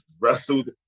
Wrestled